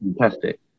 Fantastic